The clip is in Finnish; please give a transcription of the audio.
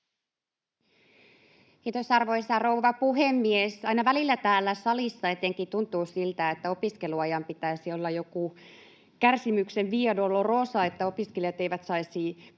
Kiitos, arvoisa rouva puhemies! Aina välillä etenkin täällä salissa tuntuu siltä, että opiskeluajan pitäisi olla joku kärsimyksen tie, via dolorosa, että opiskelijat eivät saisi